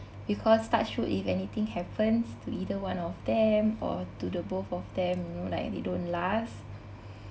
because touch wood if anything happens to either one of them or to the both of them you know like they don't last